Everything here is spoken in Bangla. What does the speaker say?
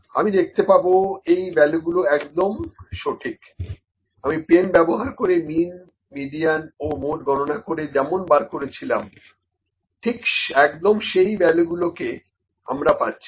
আমি দেখতে পাবো এই ভ্যালুগুলো একদম সঠিক আমি পেন ব্যবহার করে মিন মিডিয়ান ও মোড গণনা করে যেমন বার করেছিলাম ঠিক একদম সেই ভ্যালুগুলোকে আমরা পাচ্ছি